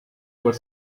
were